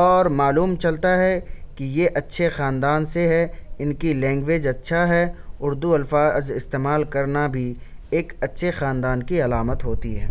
اور معلوم چلتا ہے کہ یہ اچھے خاندان سے ہے اِن کی لینگویج اچھا ہے اُردو الفاظ استعمال کرنا بھی ایک اچھے خاندان کی علامت ہوتی ہے